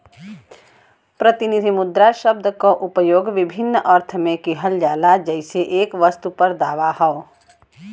प्रतिनिधि मुद्रा शब्द क उपयोग विभिन्न अर्थ में किहल जाला जइसे एक वस्तु पर दावा हौ